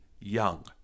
young